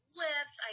lips